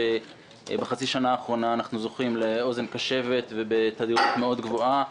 שבחצי השנה האחרונה אנחנו זוכים לאוזן קשבת ובתדירות גבוהה מאוד.